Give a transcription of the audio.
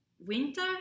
Winter